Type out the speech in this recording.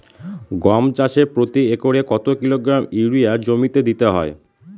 গম চাষে প্রতি একরে কত কিলোগ্রাম ইউরিয়া জমিতে দিতে হয়?